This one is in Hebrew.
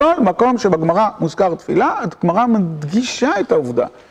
כל מקום שבגמרא מוזכר תפילה, את גמרא מדגישה את העבודה.